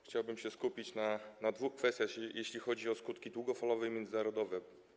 Chciałbym się skupić na dwóch kwestiach, jeśli chodzi o skutki długofalowe i międzynarodowe.